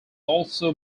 also